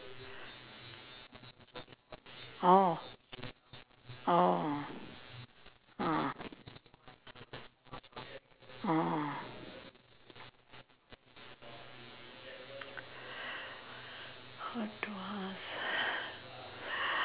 what to ask